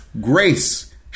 grace